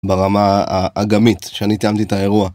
ברמה האגמית שאני תיאמתי את האירוע.